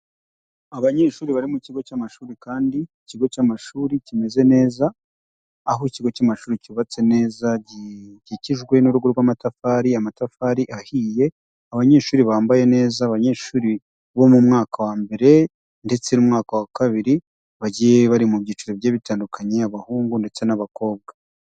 Abanyeshuri bari mu kigo cy'amashuri kandi ikigo cy'amashuri kimeze neza, aho ikigo cy'amashuri cyubatse neza gikikijwe n'urugo rw'amatafari, amatafari ahiye, abanyeshuri bambaye neza, abanyeshuri bo mu mwaka wa mbere ndetse n'umwaka wa kabiri bagiye bari mu byiciro bigiye bitandukanye, abahungu ndetse n'abakobwa.